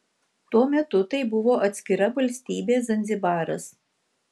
tuo metu tai buvo atskira valstybė zanzibaras